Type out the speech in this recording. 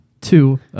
two